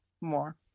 more